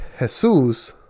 Jesus